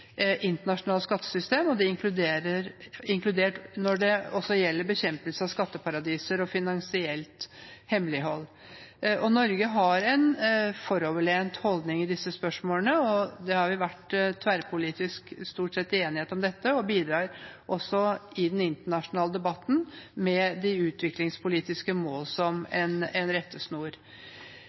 skattesystem, inkludert det som gjelder bekjempelse av skatteparadiser og finansielt hemmelighold. Norge har en foroverlent holdning i disse spørsmålene – det har stort sett vært tverrpolitisk enighet om dette – og bidrar også i den internasjonale debatten med de utviklingspolitiske mål som en rettesnor. Det er viktig at skattepenger benyttes på en